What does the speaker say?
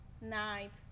night